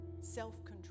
self-control